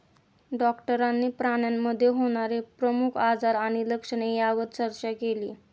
डॉक्टरांनी प्राण्यांमध्ये होणारे प्रमुख आजार आणि लक्षणे यावर चर्चा केली